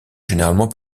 généralement